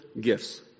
gifts